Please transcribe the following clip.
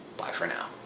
bye for now.